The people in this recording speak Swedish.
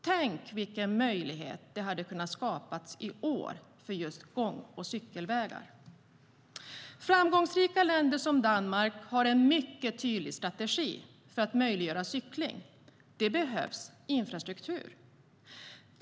Tänk vilken möjlighet vi hade kunnat skapa i år för just gång och cykelvägar! Framgångsrika länder som Danmark har en mycket tydlig strategi för att möjliggöra cykling. Det behövs infrastruktur.